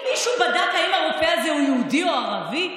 האם מישהו בדק אם הרופא הזה הוא יהודי או ערבי?